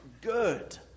good